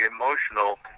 emotional